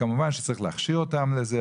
כמובן שצריכים להכשיר אותם לזה,